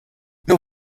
nur